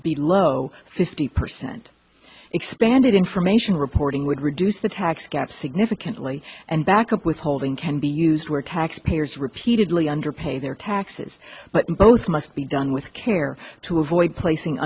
below fifty percent expanded information reporting would reduce the tax gap significantly and backup withholding can be used where tax payers repeatedly underpay their taxes but both must be done with care to avoid placing